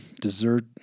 dessert